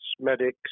medics